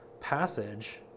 passage